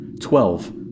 Twelve